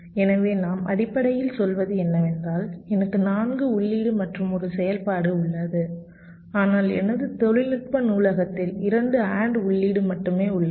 எனவே நாம் அடிப்படையில் சொல்வது என்னவென்றால் எனக்கு 4 உள்ளீடு மற்றும் ஒரு செயல்பாடு உள்ளது ஆனால் எனது தொழில்நுட்ப நூலகத்தில் 2 AND உள்ளீடு மட்டுமே உள்ளது